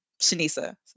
Shanisa